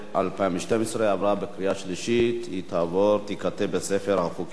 עברה בקריאה שלישית והיא תיכתב בספר החוקים של מדינת ישראל.